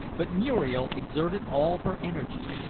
but muriel exerted all her energy,